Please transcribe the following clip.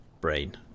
brain